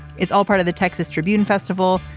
it's all part of the texas tribune festival.